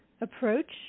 approach